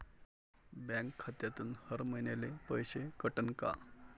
Bank खात्यातून हर महिन्याले पैसे कटन का?